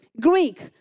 Greek